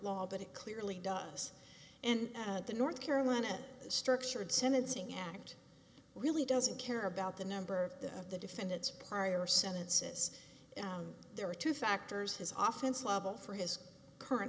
law but it clearly does and the north carolina structured sentencing act really doesn't care about the number of the defendants party or senate says there are two factors his office level for his current